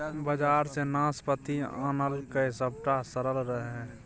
बजार सँ नाशपाती आनलकै सभटा सरल रहय